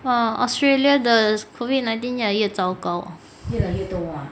!wah! australia 的 COVID nineteen 越糟糕